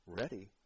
Ready